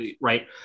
right